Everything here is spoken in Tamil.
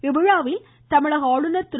இந்விழாவில் தமிழக ஆளுநர் திரு